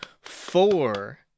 four